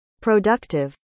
productive